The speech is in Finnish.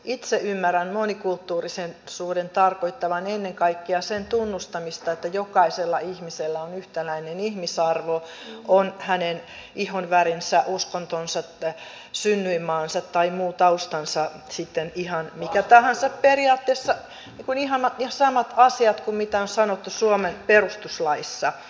itse ymmärrän monikulttuurisuuden tarkoittavan ennen kaikkea sen tunnustamista että jokaisella ihmisellä on yhtäläinen ihmisarvo on hänen ihonvärinsä uskontonsa synnyinmaansa tai muu taustansa sitten ihan mikä tahansa periaatteessa ihan samat asiat kuin mitä on sanottu suomen perustuslaissa